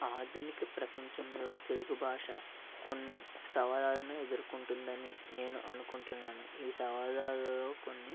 ఆధునిక ప్రపంచంలో తెలుగు భాష కొన్ని సవాళ్ళను ఎదుర్కొంటుందని నేను అనుకుంటున్నాను ఈ సవాళ్ళలో కొన్ని